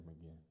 again